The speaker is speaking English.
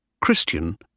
Christian